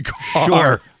Sure